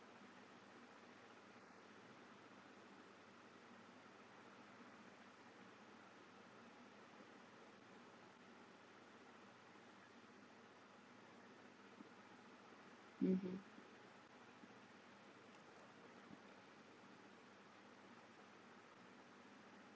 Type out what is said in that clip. mmhmm